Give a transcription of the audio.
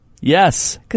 Yes